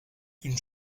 qu’une